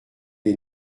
les